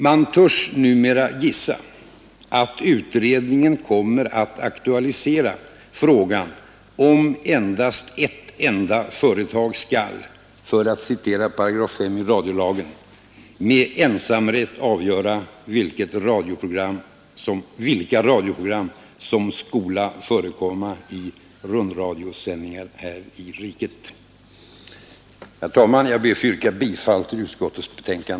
Man törs numera gissa att utredningen kommer att aktualisera frågan om endast ett enda företag skall, för att citera 5 § i radiolagen, ”med ensamrätt avgöra vilka radioprogram som skola förekomma i rundradiosändning från sändare här i riket”. Herr talman! Jag ber att få yrka bifall till utskottets hemställan.